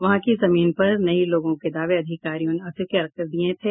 वहां की जमीन पर इन लोगों के दावे अधिकारियों ने अस्वीकार कर दिये थे